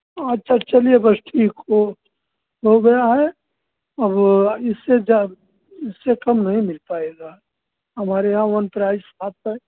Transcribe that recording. अच्छा चलिए बस ठीक हो हो गया है अब इस से ज्यादा इस से कम नही मिल पाएगा हमारे यहाँ वन प्राइस शॉप है